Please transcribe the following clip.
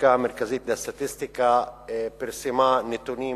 הלשכה המרכזית לסטטיסטיקה פרסמה נתונים